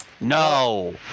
No